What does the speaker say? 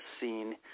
seen